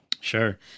Sure